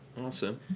Awesome